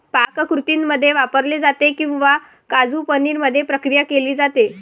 पाककृतींमध्ये वापरले जाते किंवा काजू पनीर मध्ये प्रक्रिया केली जाते